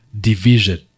division